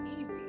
easy